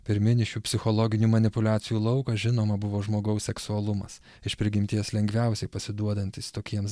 pirminis šių psichologinių manipuliacijų laukas žinoma buvo žmogaus seksualumas iš prigimties lengviausiai pasiduodantys tokiems